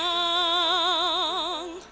oh